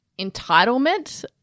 entitlement